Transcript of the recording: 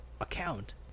account